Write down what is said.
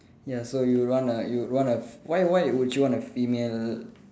ya so you would want a you would want a why why would you want a female